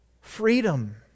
freedom